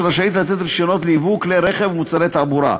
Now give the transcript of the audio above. שרשאית לתת רישיונות לייבוא כלי רכב ומוצרי תעבורה.